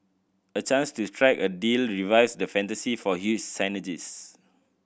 a chance to strike a deal revives the fantasy for huge synergies